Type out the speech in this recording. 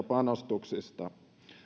panostuksista